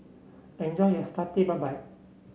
enjoy your Satay Babat